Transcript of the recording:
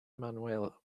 manuel